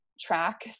track